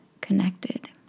connected